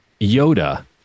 Yoda